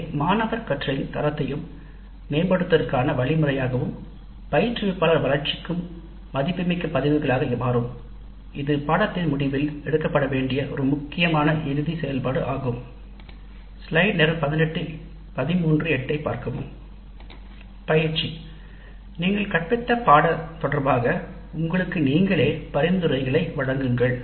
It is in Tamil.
இவை மாணவர் கற்றலின் தரத்தையும் மேம்படுத்துவதற்கான வழிமுறையாகவும் பயிற்றுவிப்பாளர் வளர்ச்சிக்கும் மதிப்புமிக்க பதிவுகளாக மாறும் இது பாடத்திட்டத்தின் முடிவில் எடுக்கப்பட வேண்டிய ஒரு முக்கியமான இறுதி செயல்பாடு ஆகும் பயிற்சி நீங்கள் கற்பித்த பாடநெறி தொடர்பாக உங்களுக்கு நீங்களே பரிந்துரைகளை வழங்குங்கள்